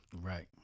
right